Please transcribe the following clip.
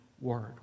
word